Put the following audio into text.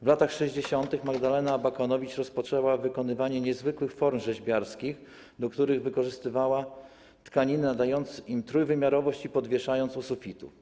W latach 60. Magdalena Abakanowicz rozpoczęła wykonywanie niezwykłych form rzeźbiarskich, do których wykorzystywała tkaniny, nadając im trójwymiarowość, podwieszając u sufitu.